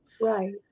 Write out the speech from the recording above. Right